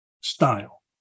style